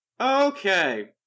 Okay